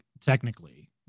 technically